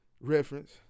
reference